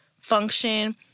function